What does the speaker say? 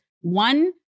one